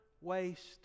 waste